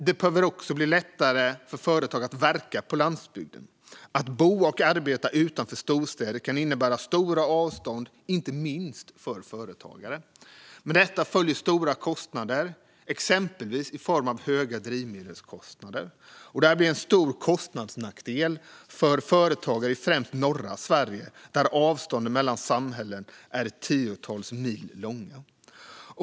Det behöver bli lättare för företag att verka på landsbygden. Att bo och arbeta utanför storstäder kan innebära stora avstånd, inte minst för företagare. Med detta följer stora kostnader, exempelvis i form av höga drivmedelskostnader. Det här blir en stor kostnadsnackdel för företagare i främst norra Sverige, där avstånden mellan samhällen är tiotals mil långa.